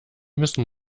müssen